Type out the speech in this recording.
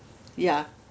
yeah